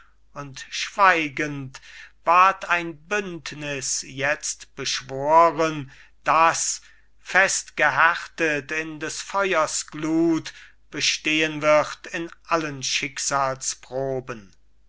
und schweigend ward ein bündnis jetzt beschworen das fest gehärtet in des feuers glut bestehen wird in allen